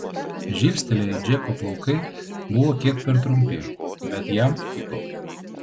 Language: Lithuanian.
žilstelėję džeko plaukai buvo kiek per trumpi bet jam tiko